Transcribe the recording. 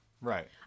Right